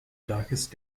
darkest